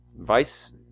vice